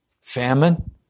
famine